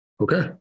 okay